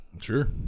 Sure